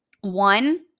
one